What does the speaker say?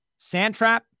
Sandtrap